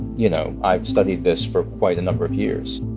you know, i've studied this for quite a number of years